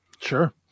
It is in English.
Sure